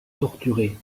torturé